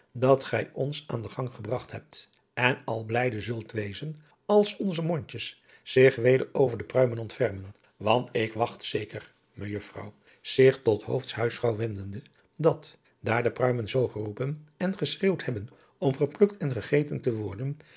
dat gij ons aan den gang gebragt hebt en al blijde zult wezen als onze mondjes zich weder over de pruimen ontfermen want ik wacht zeker mejuffrouw zich tot hoofts huisvrouw wendende dat daar de pruimen zoo geroepen en geschreeuwd hebben om geplukt en gegeten te worden